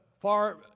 far